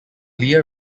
leah